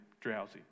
drowsy